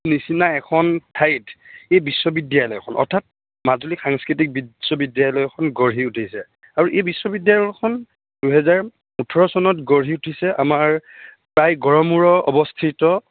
নিচিনা এখন ঠাইত এই বিশ্ববিদ্যালয়খন অৰ্থাৎ মাজুলী সাংস্কৃতিক বিশ্ববিদ্যালয়খন গঢ়ি উঠিছে আৰু এই বিশ্ববিদ্যালয়খন দুহেজাৰ ওঠৰ চনত গঢ়ি উঠিছে আমাৰ প্ৰায় গড়মূৰত অৱস্থিত